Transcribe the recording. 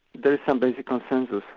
there is some basic consensus,